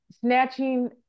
snatching